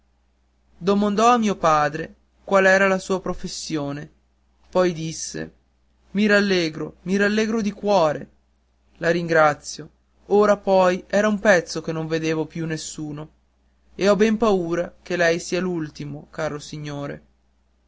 a mio padre qual'era la sua professione poi disse i rallegro mi rallegro di cuore la ringrazio ora poi era un pezzo che non vedevo più nessuno e ho ben paura che lei sia l'ultimo caro signore